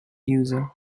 user